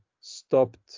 stopped